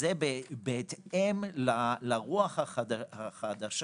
זה בהתאם לרוח החדשה.